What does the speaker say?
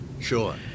Sure